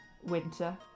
winter